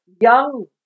young